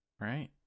right